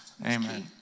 Amen